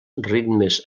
ritmes